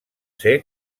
ser